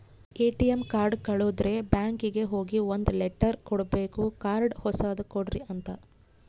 ATM card ಕಳುದ್ರೆ ಬ್ಯಾಂಕಿಗೆ ಹೋಗಿ ಒಂದ್ ಲೆಟರ್ ಕೊಡ್ಬೇಕು ಕಾರ್ಡ್ ಹೊಸದ ಕೊಡ್ರಿ ಅಂತ